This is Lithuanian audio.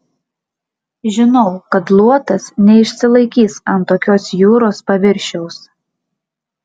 žinau kad luotas neišsilaikys ant tokios jūros paviršiaus